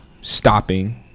stopping